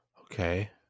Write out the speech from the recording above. okay